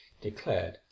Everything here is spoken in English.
declared